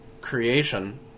creation